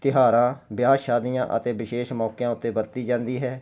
ਤਿਉਹਾਰਾਂ ਵਿਆਹ ਸ਼ਾਦੀਆਂ ਅਤੇ ਵਿਸ਼ੇਸ਼ ਮੌਕਿਆਂ ਉੱਤੇ ਵਰਤੀ ਜਾਂਦੀ ਹੈ